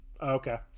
Okay